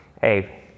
Hey